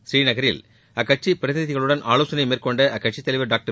ஸ்ரீநகரில் அக்கட்சி பிரதிநிதிகளுடன் ஆலோசனை மேற்கொண்ட அக்கட்சிக் தலைவர் டாக்டர்